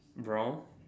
brown